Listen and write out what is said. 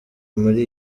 muri